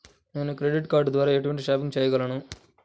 నేను credit card ద్వార ఎటువంటి షాపింగ్ చెయ్యగలను?